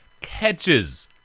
catches